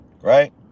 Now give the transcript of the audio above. Right